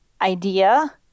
idea